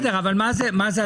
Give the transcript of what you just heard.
בסדר, אבל מה הטענה הזאת?